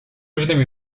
różnymi